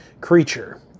creature